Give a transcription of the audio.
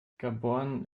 gaborone